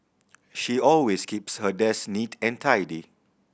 she always keeps her desk neat and tidy